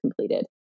completed